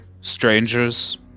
strangers